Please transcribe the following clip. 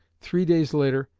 three days later,